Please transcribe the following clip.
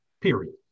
period